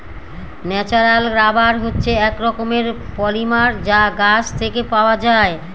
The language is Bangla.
ন্যাচারাল রাবার হচ্ছে এক রকমের পলিমার যা গাছ থেকে পাওয়া যায়